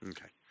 Okay